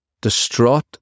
distraught